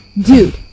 dude